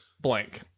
blank